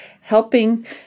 helping